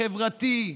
החברתי,